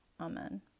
Amen